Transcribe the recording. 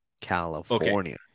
California